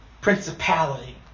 principality